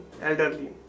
Elderly